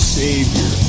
savior